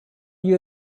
you